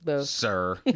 sir